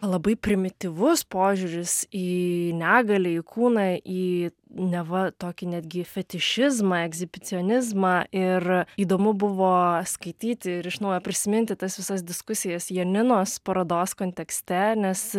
labai primityvus požiūris į negalią į kūną į neva tokį netgi fetišizmą ekshibicionizmą ir įdomu buvo skaityti ir iš naujo prisiminti tas visas diskusijas janinos parodos kontekste nes